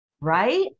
right